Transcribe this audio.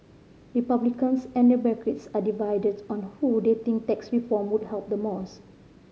Republicans and Democrats are divided on who they think tax reform would help the most